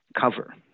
cover